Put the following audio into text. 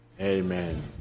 Amen